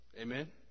Amen